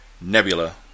Nebula